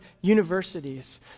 universities